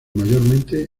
mayormente